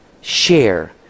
share